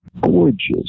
gorgeous